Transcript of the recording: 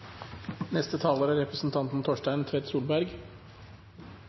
Neste taler er representanten